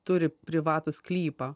turi privatų sklypą